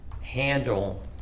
handle